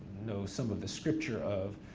know some of the scripture of,